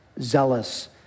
zealous